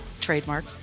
Trademark